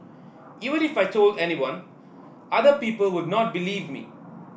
even if I told anyone other people would not believe me